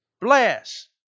bless